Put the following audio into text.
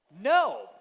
no